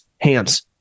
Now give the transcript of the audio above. hands